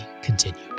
continue